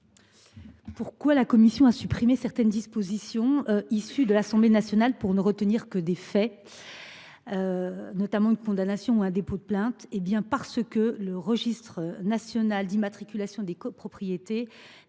? Si la commission a supprimé certaines dispositions issues de l’Assemblée nationale pour ne retenir que des faits, notamment une condamnation ou un dépôt de plainte,